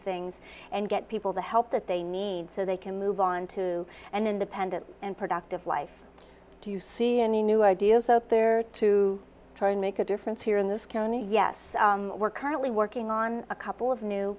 things and get people the help that they need so they can move on to an independent and productive life do you see any new ideas up there to try to make a difference here in this county yes we're currently working on a couple of new